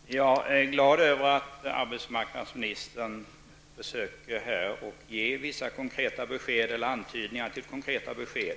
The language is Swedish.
Herr talman! Jag är glad över att arbetsmarknadsministern här försöker att ge vissa konkreta besked eller antydningar till konkreta besked.